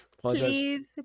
please